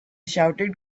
shouted